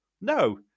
No